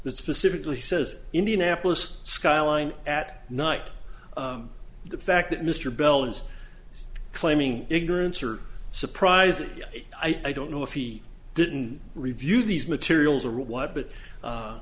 that specifically says indianapolis skyline at night the fact that mr belin claiming ignorance or surprises i don't know if he didn't review these materials or why but